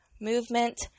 movement